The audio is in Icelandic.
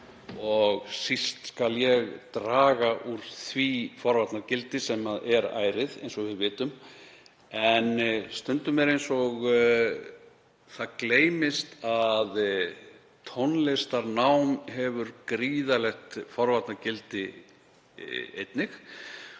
og síst skal ég draga úr því forvarnagildi sem er ærið eins og við vitum. En stundum er eins og það gleymist að tónlistarnám hefur líka gríðarlegt forvarnagildi.